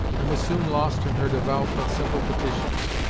and was soon lost in her devout but simple petitions.